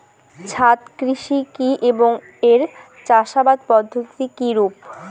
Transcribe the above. ছাদ কৃষি কী এবং এর চাষাবাদ পদ্ধতি কিরূপ?